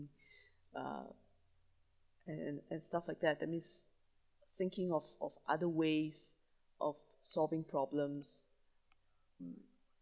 uh and and and stuff like that that means thinking of of other ways of solving problems mm